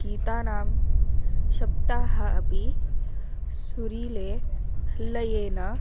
गीतानां शब्दाः अपि सुरीले हल्लयेन